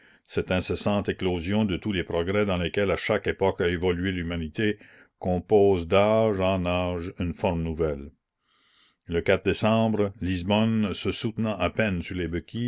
cette incessante éclosion de tous les progrès dans lesquels à chaque époque a évolué l'humanité compose d'âge en âge une forme nouvelle e décembre lisbonne se soutenant à peine sur les